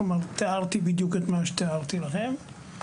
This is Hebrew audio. כמובן תיארתי בדיוק את מה שתיארתי לכם.